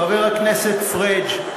חבר הכנסת פריג',